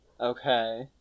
okay